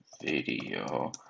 Video